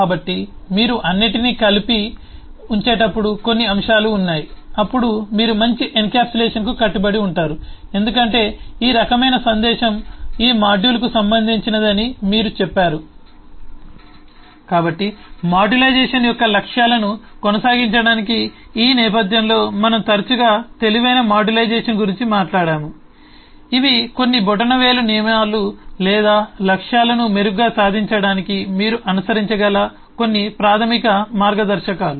కాబట్టి మీరు అన్నింటినీ కలిపి ఉంచేటప్పుడు కొన్ని అంశాలు ఉన్నాయి అప్పుడు మీరు మంచి ఎన్క్యాప్సులేషన్కు కట్టుబడి ఉంటారు ఎందుకంటే ఈ రకమైన సందేశం ఈ మాడ్యూల్కు సంబంధించినదని మీరు చెప్పారు కాబట్టి మాడ్యులైజేషన్ యొక్క లక్ష్యాలను కొనసాగించడానికి ఈ నేపథ్యంలో మనం తరచుగా తెలివైన మాడ్యులైజేషన్ గురించి మాట్లాడాము ఇవి కొన్ని బొటనవేలు నియమాలు లేదా లక్ష్యాలను మెరుగ్గా సాధించడానికి మీరు అనుసరించగల కొన్ని ప్రాథమిక మార్గదర్శకాలు